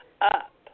up